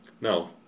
no